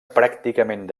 pràcticament